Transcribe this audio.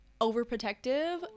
overprotective